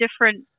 different